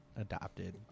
adopted